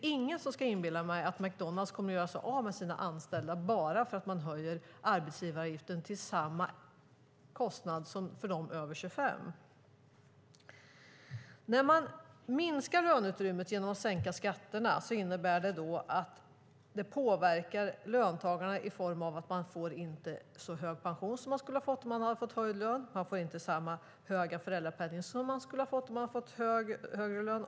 Ingen ska inbilla mig att McDonalds kommer att göra sig av med sina anställda bara för att arbetsgivaravgiften höjs till samma kostnad som för dem över 25 år. När man minskar löneutrymmet genom att sänka skatterna påverkar det löntagarna i form av att de inte får så hög pension som de skulle ha fått om de hade fått höjd lön. De får inte samma höga föräldrapenning som de skulle ha fått om de hade fått högre lön.